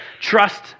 trust